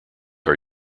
are